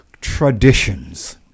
traditions